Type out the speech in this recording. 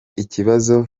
ikibazo